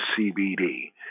CBD